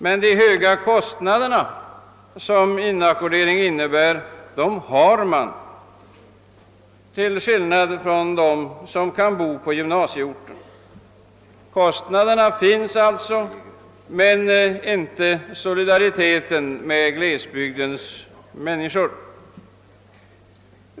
Men de höga kostnader som inackordering innebär drabbas de av — till skillnad från dem som bor på gymnasieorten. Kostnaderna finns alltid men inte solidariteten med glesbygdens människor.